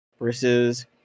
versus